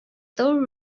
third